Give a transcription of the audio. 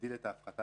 להגדיל את ההפחתה